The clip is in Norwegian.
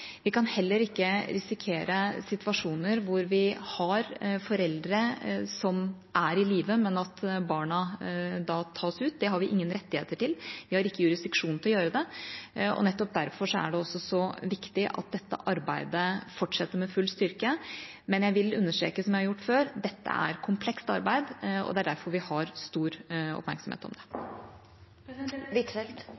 Vi kan heller ikke risikere situasjoner hvor vi har foreldre som er i live, men at barna tas ut. Det har vi ingen rettigheter til, vi har ikke jurisdiksjon til å gjøre det, og nettopp derfor er det så viktig at dette arbeidet fortsetter med full styrke. Men jeg vil understreke, som jeg har gjort før, at dette er et komplekst arbeid, og det er derfor vi har stor oppmerksomhet om det.